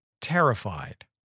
terrified